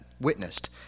witnessed